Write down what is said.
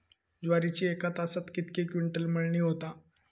ज्वारीची एका तासात कितके क्विंटल मळणी होता?